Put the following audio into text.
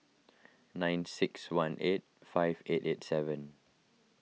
nine six one eight five eight eight seven